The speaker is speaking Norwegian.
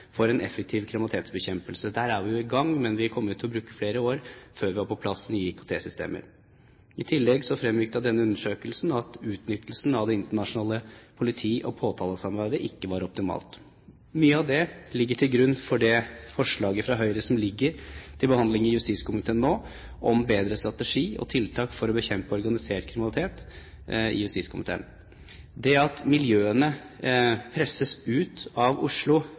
for en effektiv kriminalitetsbekjempelse. Der er vi i gang, men vi kommer til å bruke flere år før vi har på plass nye IKT-systemer. I tillegg fremgikk det av denne undersøkelsen at utnyttelsen av det internasjonale politi- og påtalesamarbeidet ikke var optimalt. Mye av det ligger til grunn for det forslaget fra Høyre som ligger til behandling i justiskomiteen nå, om bedre strategi og tiltak for å bekjempe organisert kriminalitet. At MC-miljøene presses ut av Oslo